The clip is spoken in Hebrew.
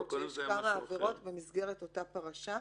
יכול להיות שיש כמה עבירות במסגרת אותה פרשה.